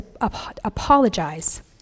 apologize